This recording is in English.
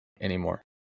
anymore